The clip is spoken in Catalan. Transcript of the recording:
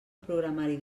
programari